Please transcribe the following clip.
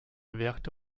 werte